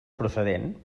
procedent